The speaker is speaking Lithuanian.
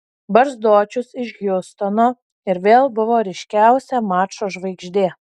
barzdočius iš hjustono ir vėl buvo ryškiausia mačo žvaigždė